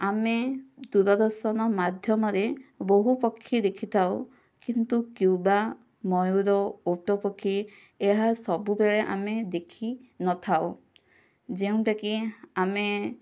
ଆମେ ଦୂରଦର୍ଶନ ମାଧ୍ୟମରେ ବହୁ ପକ୍ଷୀ ଦେଖିଥାଉ କିନ୍ତୁ କ୍ୟୁବା ମୟୁର ଓଟ ପକ୍ଷୀ ଏହା ସବୁବେଳେ ଆମେ ଦେଖି ନଥାଉ ଯେଉଁଟା କି ଆମେ